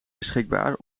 beschikbaar